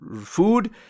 food